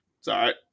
Sorry